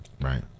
Right